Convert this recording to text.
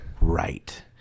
Right